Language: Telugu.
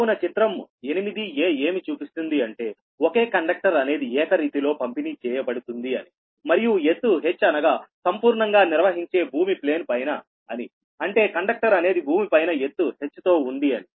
కావున చిత్రము 8 ఏమి చూపిస్తుంది అంటే ఒకే కండక్టర్ అనేది ఏకరీతి లో పంపిణీ చేయబడుతుంది అని మరియు ఎత్తు h అనగా సంపూర్ణంగా నిర్వహించే భూమి ప్లేన్ పైన అని అంటే కండక్టర్ అనేది భూమిపైన ఎత్తు h తో ఉంది అని